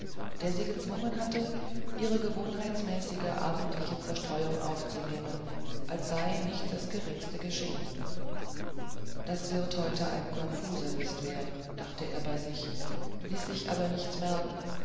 der sie gezwungen hatte ihre gewohnheitsmäßige abendliche zerstreuung aufzunehmen als sei nicht das geringste geschehen das wird heute ein konfuser whist werden dachte er bei sich ließ sich aber nichts merken